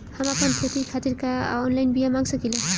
हम आपन खेती खातिर का ऑनलाइन बिया मँगा सकिला?